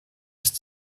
ist